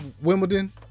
Wimbledon